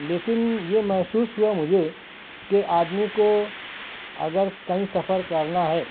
لیکن یہ محسوس ہوا مجھے کہ آدمی کو اگر کہیں سفر کرنا ہے